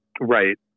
Right